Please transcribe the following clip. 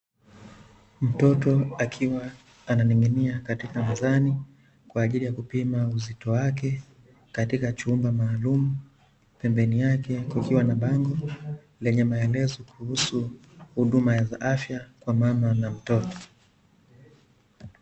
Mtoto akiwa ananing'inia katika mzani kwa ajili ya kupima uzito wake, katika chuma maalumu, pembeni yake kukiwa na bango lenye maelezo kuhusu huduma za afya kwa mama na mtoto.